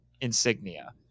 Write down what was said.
insignia